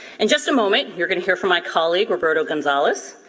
and just a moment, you're gonna hear from my colleague, roberto gonzales.